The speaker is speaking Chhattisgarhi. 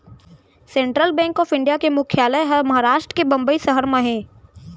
सेंटरल बेंक ऑफ इंडिया के मुख्यालय ह महारास्ट के बंबई सहर म हे